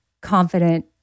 confident